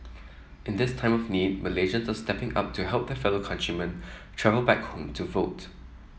in this time of need Malaysians are stepping up to help their fellow countrymen travel back home to vote